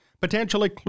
potentially